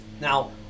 Now